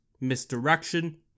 misdirection